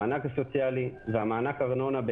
המענק הסוציאלי ומענק הארנונה,